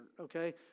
okay